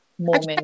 Moment